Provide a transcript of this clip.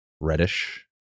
reddish